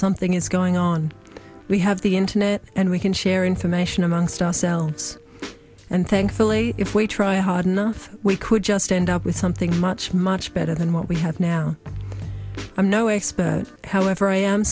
something is going on we have the internet and we can share information amongst ourselves and thankfully if we try hard enough we could just end up with something much much better than what we have now i'm no expert however i am